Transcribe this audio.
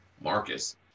Marcus